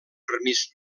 permís